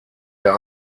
der